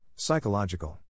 Psychological